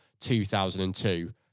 2002